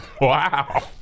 Wow